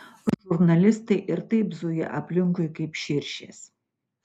žurnalistai ir taip zuja aplinkui kaip širšės